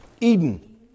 Eden